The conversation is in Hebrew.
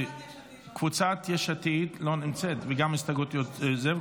קבוצת יש עתיד לא נמצאת, ההסתייגות שלה מוסרת.